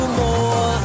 more